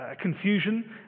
confusion